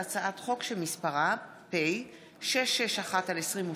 הצעת חוק צער בעלי חיים (הגנה על בעלי חיים)